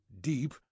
deep